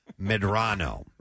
Medrano